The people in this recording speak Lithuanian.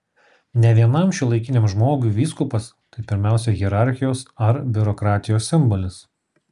ne vienam šiuolaikiniam žmogui vyskupas tai pirmiausia hierarchijos ar biurokratijos simbolis